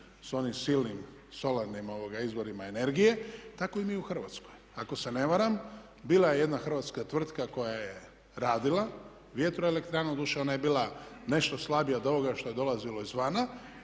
sa onim silnim solarnim izvorima energije. Tako i mi u Hrvatskoj. Ako se ne varam, bila je jedna hrvatska tvrtka koja je radila vjetro elektranu. Doduše ona je bila nešto slabija od ovoga što je dolazilo izvana,